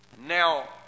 Now